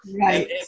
Right